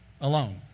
alone